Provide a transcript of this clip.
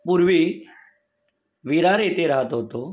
पूर्वी विरार येथे राहत होतो